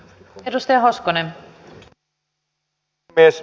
arvoisa rouva puhemies